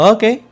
Okay